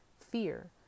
fear